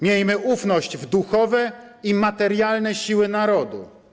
Miejmy ufność w duchowe i materialne siły narodu.